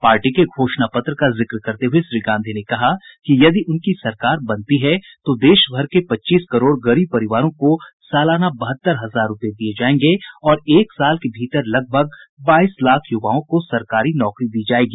party के घोषणा पत्र का जिक्र करते हुए श्री गांधी ने कहा कि यदि उनकी सरकार बनती है तो देश भर के पच्चीस करोड़ गरीब परिवारों को सालाना बहत्तर हजार रूपये दिये जायेंगे और एक साल के भीतर लगभग बाईस लाख युवाओं को सरकारी नौकरी दी जायेगी